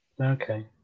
Okay